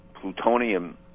plutonium